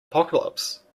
apocalypse